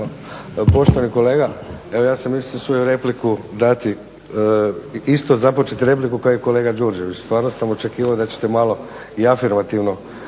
Poštovani kolega evo ja sam mislio svoju repliku dati, isto započeti repliku kao i kolega Đurđević, stvarno sam očekivao da ćete malo i afirmativno